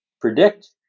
predict